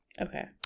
Okay